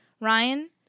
Ryan